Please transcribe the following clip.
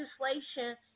legislation